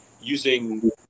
using